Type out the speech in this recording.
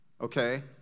Okay